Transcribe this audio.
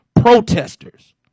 protesters